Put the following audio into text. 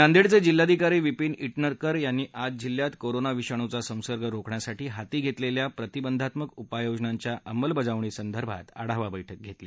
नांदेडचे जिल्हाधिकारी विपिन ईटनकर यांनीही आज जिल्ह्यात कोरोना विषाणुचा संसर्ग रोखण्यासाठी हाती घेतलेल्या प्रतिबंधात्मक उपाययोजनांच्या अमलबजावणीसंबंधी आढावा बैठक घेतली